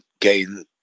gain